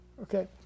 Okay